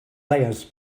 layers